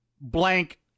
blank